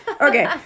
Okay